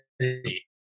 city